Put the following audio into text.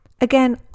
Again